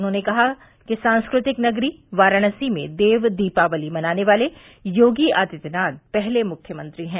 उन्होंने कहा कि सांस्कृतिक नगरी वाराणसी में देव दीपावली मनाने वाले योगी आदित्यनाथ पहले मुख्यमंत्री हैं